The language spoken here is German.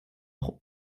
auch